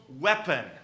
weapon